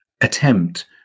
attempt